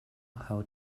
how